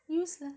use lah